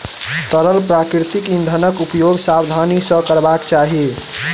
तरल प्राकृतिक इंधनक उपयोग सावधानी सॅ करबाक चाही